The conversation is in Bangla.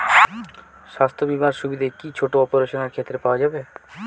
স্বাস্থ্য বীমার সুবিধে কি ছোট অপারেশনের ক্ষেত্রে পাওয়া যাবে?